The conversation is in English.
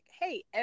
hey